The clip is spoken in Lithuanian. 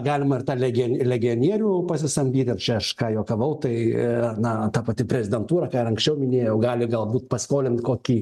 galima ir tą legio legionierių pasisamdyti čia aš ką juokavau tai na ta pati prezidentūra anksčiau minėjau gali galbūt paskolint kokį